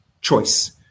choice